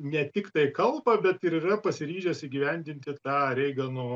ne tiktai kalba bet ir yra pasiryžęs įgyvendinti tą reigano